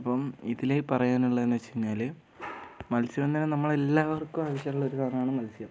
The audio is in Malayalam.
അപ്പം ഇതിൽ പറയാനുള്ളത് എന്ന് വെച്ച് കഴിഞ്ഞാൽ മത്സ്യബന്ധനം നമ്മൾ എല്ലാവർക്കും ആവശ്യമുള്ള ഒരു സാധനമാണ് മത്സ്യം